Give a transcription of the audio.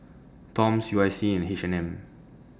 Toms U I C and H and M